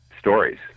stories